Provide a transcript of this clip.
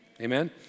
Amen